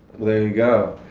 there you go,